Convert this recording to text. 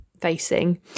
facing